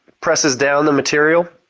presses down the material,